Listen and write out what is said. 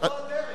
זאת לא הדרך.